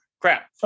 Crap